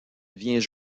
vient